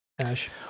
Ash